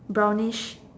brownish